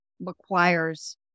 requires